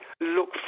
look